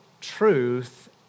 truth